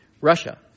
Russia